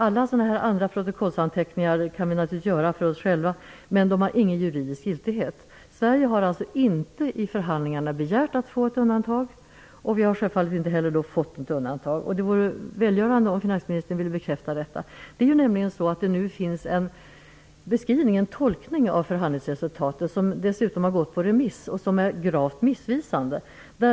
Alla andra protokollsanteckningar kan vi naturligtvis göra för oss själva, men de har inte någon juridisk giltighet. Sverige har i förhandlingarna inte begärt att få ett undantag, och vi har självfallet inte heller fått något undantag. Det vore välgörande om finansministern ville bekräfta detta. Det finns nämligen en beskrivning -- en tolkning av förhandlingsresultatet -- som dessutom har gått på remiss, och som är gravt missvisande.